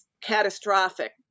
catastrophic